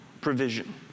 provision